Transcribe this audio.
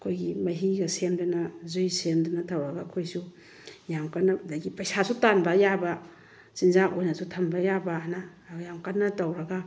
ꯑꯩꯈꯣꯏꯒꯤ ꯃꯍꯤꯒ ꯁꯦꯝꯗꯅ ꯖꯨꯏꯁ ꯁꯦꯝꯗꯅ ꯇꯧꯔꯒ ꯑꯩꯈꯣꯏꯁꯨ ꯌꯥꯝ ꯀꯟꯅ ꯑꯗꯒꯤ ꯄꯩꯁꯥꯁꯨ ꯇꯥꯟꯕ ꯌꯥꯕ ꯆꯤꯟꯖꯥꯛ ꯑꯣꯏꯅꯁꯨ ꯊꯝꯕ ꯌꯥꯕꯅ ꯌꯥꯝ ꯀꯟꯅ ꯇꯧꯔꯒ